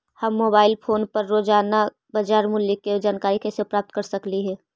हम mobile phone पर रोजाना बाजार मूल्य के जानकारी कैसे प्राप्त कर सकली हे?